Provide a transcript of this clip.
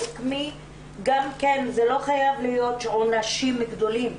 זה לא חייב להיות עונשים גדולים.